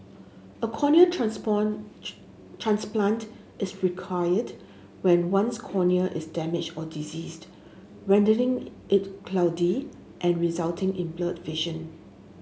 a corneal transport transplant is required when one's cornea is damaged or diseased rendering it cloudy and resulting in blurred vision